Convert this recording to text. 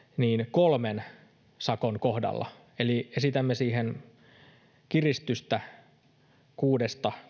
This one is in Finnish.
kolmen sakon kohdalla eli esitämme siihen kiristystä kuudesta